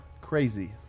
Crazy